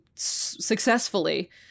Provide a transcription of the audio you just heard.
successfully